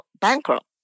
bankrupt